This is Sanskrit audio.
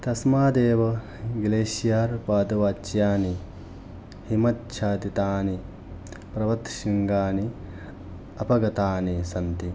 तस्मादेव ग्लेश्यार् पदवाच्यानि हिमच्छादितानि पर्वतशृङ्गानि अपगतानि सन्ति